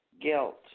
Guilt